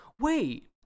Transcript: Wait